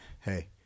hey